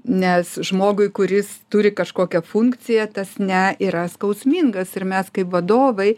nes žmogui kuris turi kažkokią funkciją tas ne yra skausmingas ir mes kaip vadovai